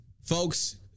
folks